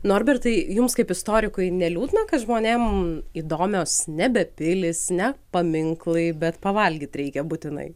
norbertai jums kaip istorikui neliūdna kad žmonėm įdomios nebe pilys ne paminklai bet pavalgyt reikia būtinai